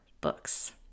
books